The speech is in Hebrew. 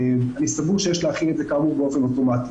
אני סבור שיש להחיל את זה כאמור באופן אוטומטי.